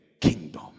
kingdom